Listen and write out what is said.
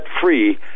free